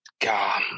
God